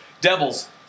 Devils